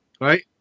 right